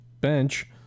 bench